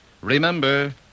Remember